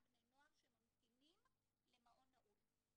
בני נוער שממתינים למעון נעול.